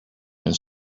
and